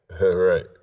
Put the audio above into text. right